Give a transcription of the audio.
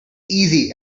easy